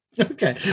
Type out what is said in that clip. Okay